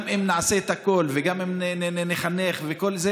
גם אם נעשה הכול וגם אם נחנך וכל זה,